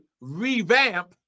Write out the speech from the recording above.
revamp